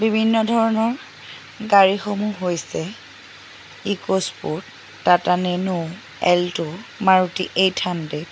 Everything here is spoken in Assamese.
বিভিন্ন ধৰণৰ গাড়ীসমূহ হৈছে EcoSport Tata Nano Alto Maruti eight hundred